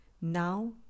now